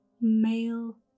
male